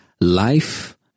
Life